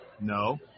No